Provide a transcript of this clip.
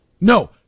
No